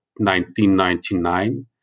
1999